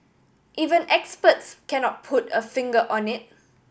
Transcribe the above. even experts cannot put a finger on it